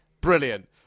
brilliant